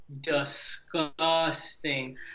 disgusting